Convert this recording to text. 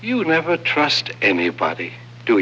you would never trust anybody do